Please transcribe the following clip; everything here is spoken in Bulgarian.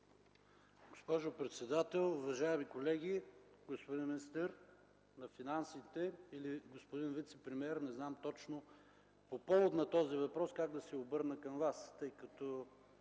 Госпожо председател, уважаеми колеги! Господин министър на финансите или господин вицепремиер, не знам точно по повод на този въпрос как да се обърна към Вас, тъй като